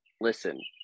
listen